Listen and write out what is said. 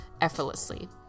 effortlessly